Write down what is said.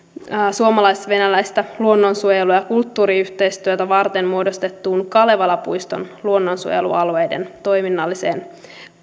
suomalais venäläistä luonnonsuojelu ja kulttuuriyhteistyötä varten muodostettuun kalevalapuiston luonnonsuojelualueiden toiminnalliseen